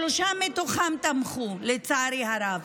שלושה מתוכם תמכו, לצערי הרב.